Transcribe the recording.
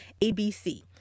ABC